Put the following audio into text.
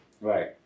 Right